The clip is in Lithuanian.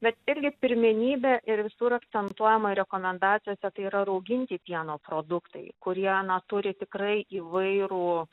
bet irgi pirmenybė ir visur akcentuojama rekomendacijose tai yra rauginti pieno produktai kurie na turi tikrai įvairų